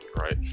Right